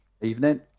Evening